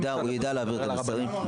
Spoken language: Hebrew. הוא יידע להעביר את המסרים.